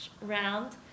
round